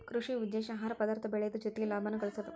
ಕೃಷಿ ಉದ್ದೇಶಾ ಆಹಾರ ಪದಾರ್ಥ ಬೆಳಿಯುದು ಜೊತಿಗೆ ಲಾಭಾನು ಗಳಸುದು